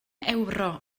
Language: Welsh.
ewro